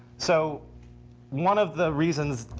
so one of the reasons,